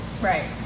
Right